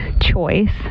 choice